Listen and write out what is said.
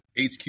HQ